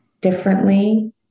differently